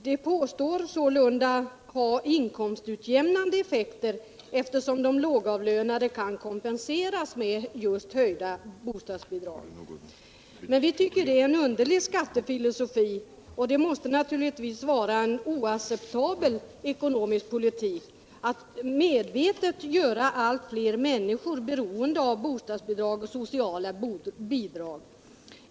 De påstås sålunda ha' inkomstutjämnande effekter, eftersom de lågavlönade kan kompenseras just med höjda bostadsbidrag. Vi tycker att detta är en underlig skattefilosofi. Det måste naturligtvis vara en oacceptabel ekonomisk politik att medvetet göra allt fler människor beroende av bostadsbidrag och sociala bidrag.